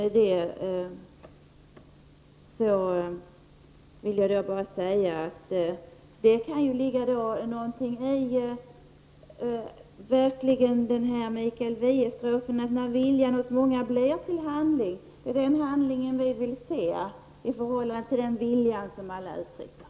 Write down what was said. Det kan verkligen ligga något i strofen av Mikael Wiehe att viljan hos många blir till handling. Det är den handling vi vill se i förhållande till den vilja alla uttrycker.